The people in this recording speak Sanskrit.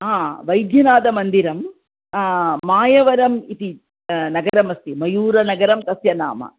हा वैद्यनाथमन्दिरं मायवरम् इति नगरम् अस्ति मयूरनगरं तस्य नाम